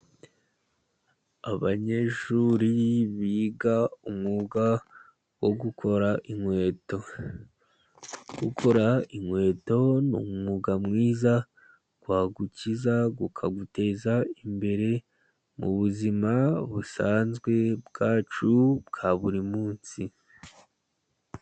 Abanyeshuri biga umwuga wo gukora inkweto. Gukora inkweto ni umwuga mwiza wagukiza ukaguteza imbere, mu buzima busanzwe bwacu bwa buri munsi.